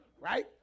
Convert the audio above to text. Right